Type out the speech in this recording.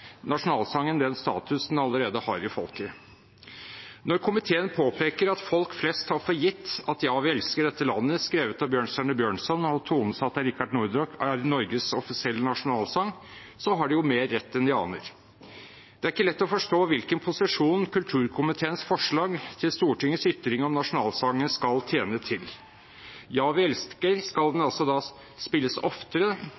nasjonalsangen den status den allerede har i folket. Når komiteen påpeker at folk flest tar for gitt at «Ja, vi elsker dette landet», skrevet av Bjørnstjerne Bjørnson og tonesatt av Rikard Nordraak, er Norges offisielle nasjonalsang, har de mer rett enn de aner. Det er ikke lett å forstå hvilken posisjon kulturkomiteens forslag til Stortingets ytring om nasjonalsangen skal tjene til. Skal den